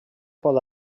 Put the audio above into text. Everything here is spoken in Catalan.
pot